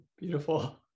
Beautiful